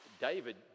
David